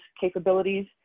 capabilities